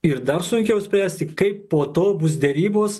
ir dar sunkiau spręsti kaip po to bus derybos